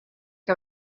heb